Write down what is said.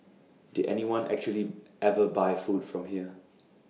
did anyone actually ever buy food from here